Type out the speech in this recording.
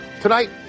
tonight